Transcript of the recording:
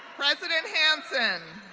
president hansen,